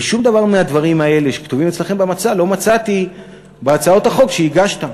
ושום דבר מהדברים האלה שכתובים אצלכם במצע לא מצאתי בהצעות החוק שהגשת.